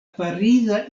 pariza